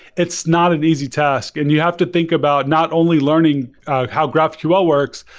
it's not an easy task and you have to think about not only learning how graphql works,